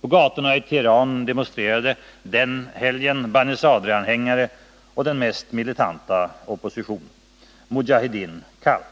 På gatorna i Teheran demonstrerade den helgen Banisadranhängare och den mest militanta oppositionen, Mujaheddin Khalk.